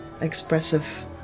expressive